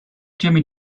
jimmy